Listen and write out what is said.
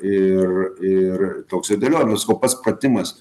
ir ir toks ir dėliojimas o pats pratimas